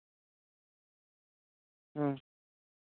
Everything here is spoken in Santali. ᱦᱩᱸ